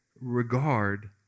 regard